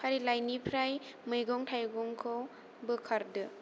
फारिलाइनिफ्राय मैगं थाइगंखौ बोखारदो